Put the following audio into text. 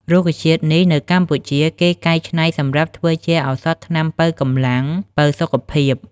រុក្ខជាតិនេះនៅកម្ពុជាគេកែច្នៃសម្រាប់ធ្វើជាឱសថថ្នាំប៉ូវកម្លាំង ប៉ូវសុខភាព។